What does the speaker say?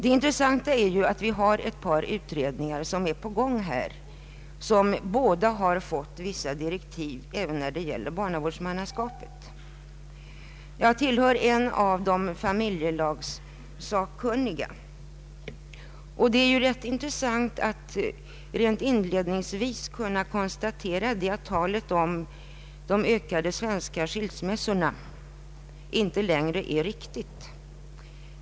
Ett par pågående utredningar har fått vissa direktiv även när det gäller barnavårdsmannaskapet. Jag tillhör en av dem — familjelagssakkunniga — och det är rätt intressant att inledningsvis konstatera att talet om de ökade svenska skilsmässorna inte längre är riktigt.